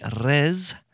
res